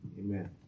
Amen